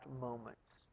moments